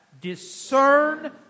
Discern